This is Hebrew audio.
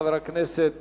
חבר הכנסת